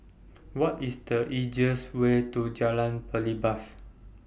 What IS The easiest Way to Jalan Belibas